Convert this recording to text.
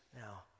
Now